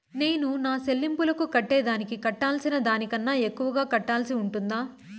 నేను నా సెల్లింపులకు కట్టేదానికి కట్టాల్సిన దానికన్నా ఎక్కువగా కట్టాల్సి ఉంటుందా?